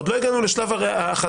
עוד לא הגענו לשלב החזקה.